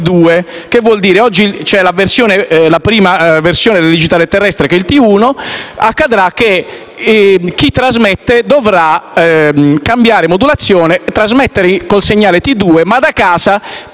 Cosa vuol dire? Oggi c'è la prima versione del digitale terrestre, ossia il DVB-T1. Accadrà che chi trasmette dovrà cambiare modulazione e trasmettere con il segnale DVB-T2. Ma a casa,